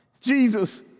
Jesus